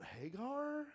Hagar